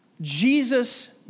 Jesus